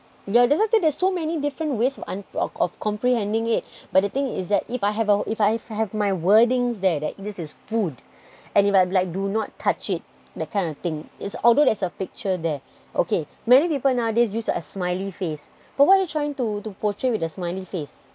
yeah that's the thing there's so many different ways of un~ of of comprehending it but the thing is that if I have if I have my wordings there that this is food and if I have like do not touch it that kind of thing although there is a picture there okay many people nowadays use a smiley face but what are you trying to portray with a smiley face